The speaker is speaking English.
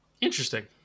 Interesting